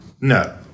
No